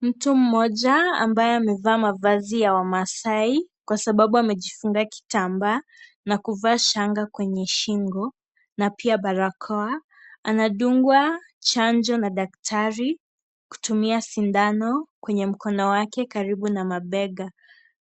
Mtu mmoja ambaye amevaa mavazi ya wamasai kwa sababu amejifunga kitambaa na kuvaa shanga kwenye shingo na pia barakoa, anadungwa chanjo na daktari kutumia sindano kwenye mkono wake karibu na mabega